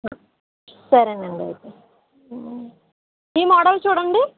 సరే అండి అయితే ఈ మోడల్ చూడండి